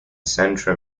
centre